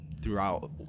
throughout